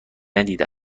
ندیده